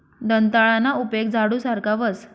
दंताळाना उपेग झाडू सारखा व्हस